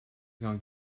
going